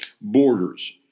borders